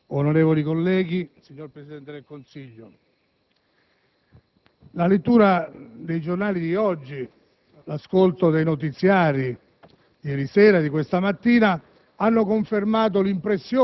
*(FI)*. Signor Presidente, onorevoli colleghi, signor Presidente del Consiglio, la lettura dei giornali di oggi e l'ascolto dei notiziari